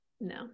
No